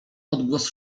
odgłos